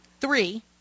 three